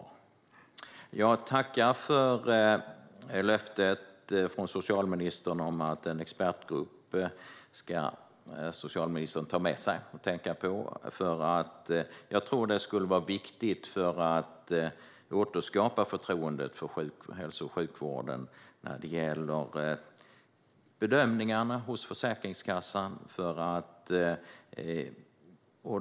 Jag tackar för socialministerns löfte att ta med sig förslaget om en expertgrupp och överväga det, för jag tror att det skulle vara viktigt för att återskapa förtroendet för hälso och sjukvården vad gäller bedömningarna hos Försäkringskassan.